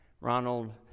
Ronald